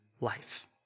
life